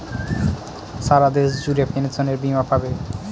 সারা দেশ জুড়ে পেনসনের বীমা পাবে